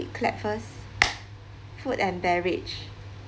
clap first food and beverage